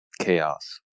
Chaos